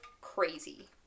crazy